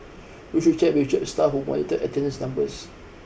you should check with the church staff who monitored attendance numbers